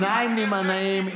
שניים נמנעים.